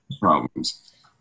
problems